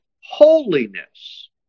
holiness